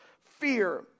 fear